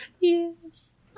Yes